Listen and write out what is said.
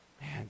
man